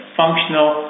functional